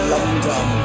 London